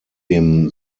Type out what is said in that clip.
dem